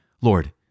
Lord